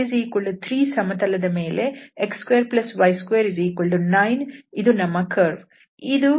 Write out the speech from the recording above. ಇಲ್ಲಿ z3 ಸಮತಲದ ಮೇಲೆ x2y29 ಇದು ನಮ್ಮ ಕರ್ವ್